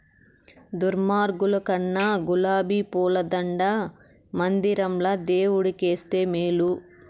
దుర్మార్గుల కన్నా గులాబీ పూల దండ మందిరంల దేవుడు కేస్తే మేలు